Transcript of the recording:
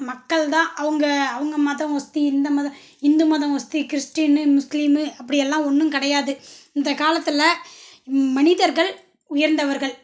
மக்கள்தான் அவங்க அவங்க மதம் ஒஸ்தி இந்த மத இந்து மதம் ஒஸ்தி கிறிஸ்ட்டினு முஸ்லீமு அப்படியலாம் ஒன்றும் கிடையாது இந்த காலத்தில் மனிதர்கள் உயர்ந்தவர்கள்